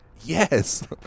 yes